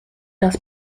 das